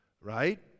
right